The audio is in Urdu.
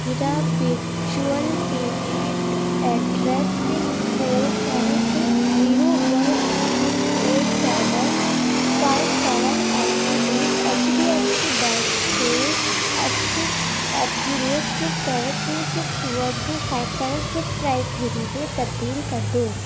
میرا وِرچوئل payment address six four seven six zero one six eight seven five seven at the rate H D F C bank سے Axis at the rate six seven to six one to five seven six nine three میں تبدیل کر دو